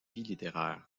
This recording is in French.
littéraire